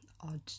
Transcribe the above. odd